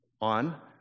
on